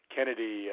Kennedy